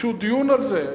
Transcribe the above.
תדרשו דיון על זה.